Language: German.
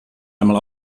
einmal